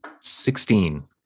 Sixteen